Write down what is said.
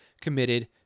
committed